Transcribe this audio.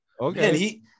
okay